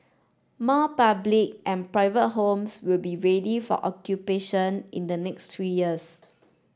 more public and private homes will be ready for occupation in the next three years